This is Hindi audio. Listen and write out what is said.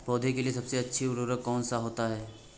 पौधे के लिए सबसे अच्छा उर्वरक कौन सा होता है?